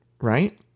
Right